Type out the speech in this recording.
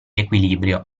equilibrio